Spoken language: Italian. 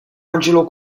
angelo